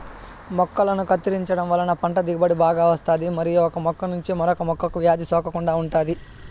మొక్కలను కత్తిరించడం వలన పంట దిగుబడి బాగా వస్తాది మరియు ఒక మొక్క నుంచి మరొక మొక్కకు వ్యాధి సోకకుండా ఉంటాది